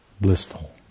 blissful